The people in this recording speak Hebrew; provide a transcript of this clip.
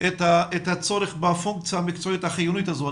את הצורך בפונקציה המקצועית החיונית הזו.